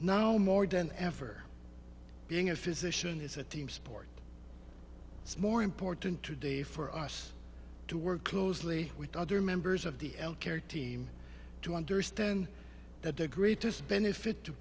now more than ever being a physician is a team sport it's more important today for us to work closely with other members of the health care team to understand that the greatest benefit to